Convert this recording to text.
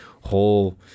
whole